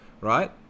right